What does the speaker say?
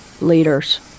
leaders